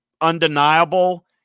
undeniable